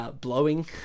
Blowing